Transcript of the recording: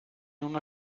una